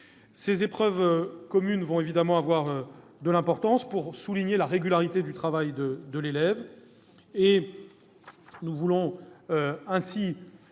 Ces épreuves communes auront évidemment de l'importance pour souligner la régularité du travail de l'élève.